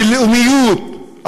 של לאומיות,